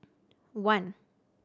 one